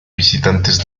visitantes